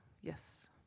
yes